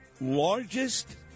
largest